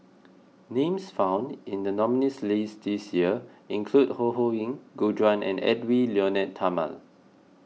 names found in the nominees' list this year include Ho Ho Ying Gu Juan and Edwy Lyonet Talma